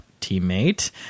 teammate